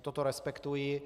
Toto respektuji.